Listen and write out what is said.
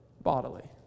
bodily